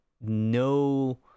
no